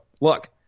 Look